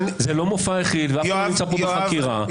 זה לא מופע יחיד ואף אחד לא נמצא פה בחקירה.